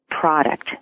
product